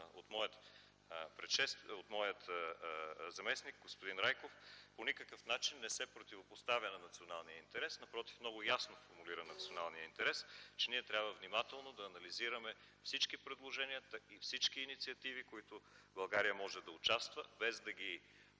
от моя заместник господин Райков по никакъв начин не се противопоставя на националния интерес. Напротив, много ясно формулира националния интерес – че ние трябва внимателно да анализираме всички предложения и инициативи, в които България може да участва, без да ги